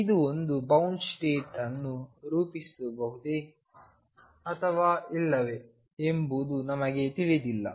ಇದು ಒಂದು bound state ಅನ್ನು ರೂಪಿಸಬಹುದೇ ಅಥವಾ ಇಲ್ಲವೇ ಎಂಬುದು ನಮಗೆ ತಿಳಿದಿಲ್ಲ